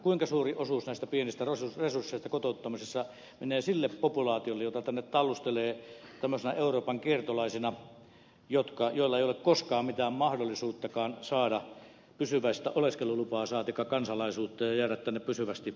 kuinka suuri osuus näistä pienistä resursseista kotouttamisessa menee sille populaatiolle jota tänne tallustelee tämmöisinä euroopan kiertolaisina joilla ei ole koskaan mitään mahdollisuuttakaan saada pysyväistä oleskelulupaa saatikka kansalaisuutta ja jäädä tänne pysyvästi